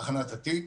הכנת התיק,